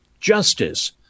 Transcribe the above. justice